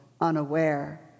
unaware